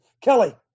Kelly